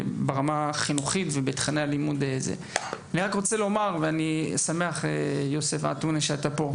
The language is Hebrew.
חבר הכנסת יוסף עטאונה, אני שמח שאתה פה.